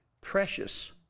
precious